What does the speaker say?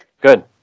Good